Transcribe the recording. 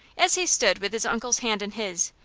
as he stood with his uncle's hand in his,